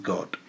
God